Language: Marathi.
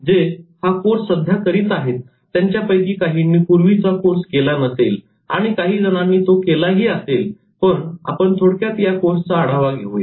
जे हा कोर्स सध्या करीत आहेत त्यांच्यापैकी काहींनी पूर्वीचा कोर्स केला नसेल आणि काहीजणांनी तो केला हि असेल पण आपण थोडक्यात त्या कोर्सचा आढावा घेऊया